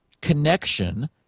connection